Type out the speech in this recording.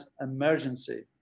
emergency